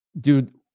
dude